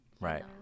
right